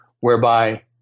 whereby